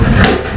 tak ada apa